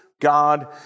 God